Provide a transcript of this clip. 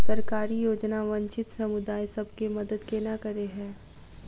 सरकारी योजना वंचित समुदाय सब केँ मदद केना करे है?